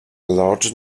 larger